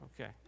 Okay